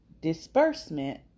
disbursement